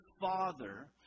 Father